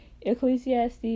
Ecclesiastes